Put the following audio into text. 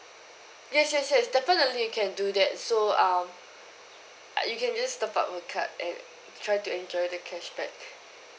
yes yes yes definitely you can do that so um you can just top up the card and try to enjoy the cashback